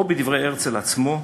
ובדברי הרצל עצמו: